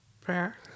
prayer